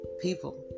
People